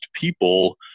people